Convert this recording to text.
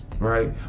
right